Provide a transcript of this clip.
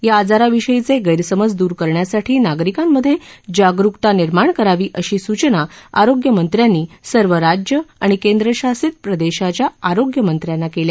या आजाराविषयीचे गैरसमज द्र करण्यासाठी नागरिकांमध्ये जागरुकता निर्माण करावी अशी सूचना आरोग्यमंत्र्यानी सर्व राज्य आणि केंद्रशासित प्रदेशाच्या आरोग्यमंत्र्याना केल्या